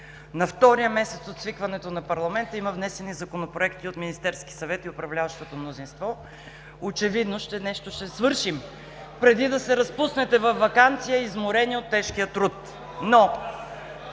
на втория месец от свикването на парламента има внесени законопроекти от Министерския съвет и управляващото мнозинство. Очевидно нещо ще свършим преди да се разпуснете във ваканция, изморени от тежкия труд.